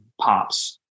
pops